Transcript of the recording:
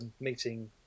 meeting